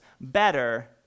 better